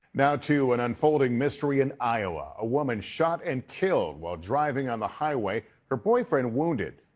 now to an unfolding mystery in iowa. a woman shot and killed while driving on the highway. her boyfriend wounded.